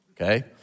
Okay